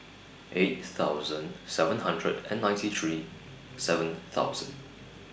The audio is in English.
eight thousand seven hundred and ninety three seven thousand